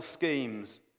Schemes